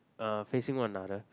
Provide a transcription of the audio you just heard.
uh facing one another